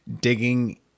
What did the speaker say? digging